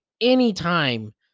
anytime